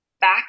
back